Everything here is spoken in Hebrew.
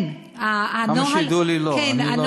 כן, הנוהל, עד כמה שידוע לי, לא.